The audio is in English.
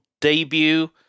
debut